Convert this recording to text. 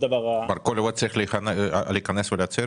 כל אירוע צריך להיכנס ולהצהיר?